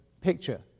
picture